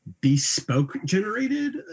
bespoke-generated